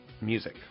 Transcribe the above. music